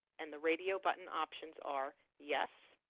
and the radio button options are yes.